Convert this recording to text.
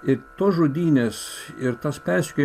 ir tos žudynės ir tas persekiojimas